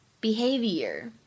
behavior